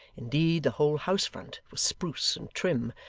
indeed the whole house-front was spruce and trim,